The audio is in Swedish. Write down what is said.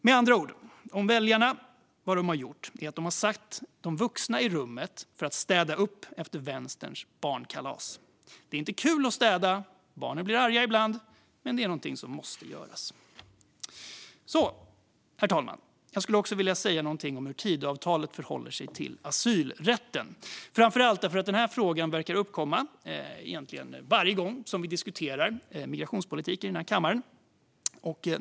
Med andra ord har väljarna satt de vuxna i rummet för att städa upp efter vänsterns barnkalas. Det är inte kul att städa. Barnen blir arga ibland. Men det måste göras. Herr talman! Jag vill också säga något om hur Tidöavtalet förhåller sig till asylrätten. Den frågan verkar komma upp egentligen varje gång vi diskuterar migrationspolitik här i kammaren.